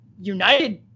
United